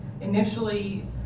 initially